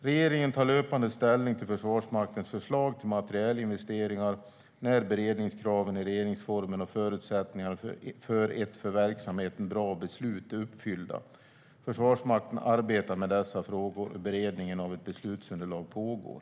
Regeringen tar löpande ställning till Försvarsmaktens förslag till materielinvesteringar när beredningskravet i regeringsformen och förutsättningarna för ett för verksamheten bra beslut är uppfyllda. Försvarsmakten arbetar med dessa frågor, och beredningen av ett beslutsunderlag pågår.